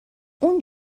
اون